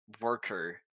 worker